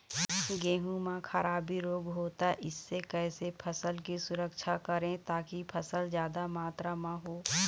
गेहूं म खराबी रोग होता इससे कैसे फसल की सुरक्षा करें ताकि फसल जादा मात्रा म हो?